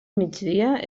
migdia